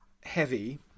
heavy